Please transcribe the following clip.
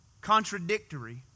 contradictory